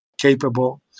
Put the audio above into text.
capable